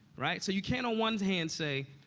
right? so you can't, on one hand, say,